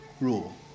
rule